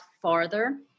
farther